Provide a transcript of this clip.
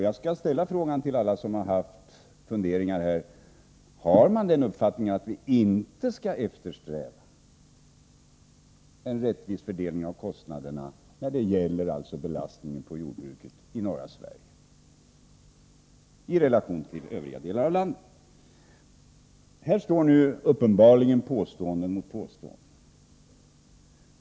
Jag skall ställa en fråga till alla som har haft funderingar här: Har man den uppfattningen att vi inte skall eftersträva en rättvis fördelning av kostnaderna när det gäller belastningen på jordbruket i norra Sverige i relation till övriga delar av landet? Här står uppenbarligen påstående mot påstående.